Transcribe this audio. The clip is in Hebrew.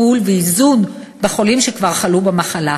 טיפול ואיזון אצל חולים שכבר חלו במחלה.